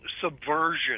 subversion